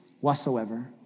whatsoever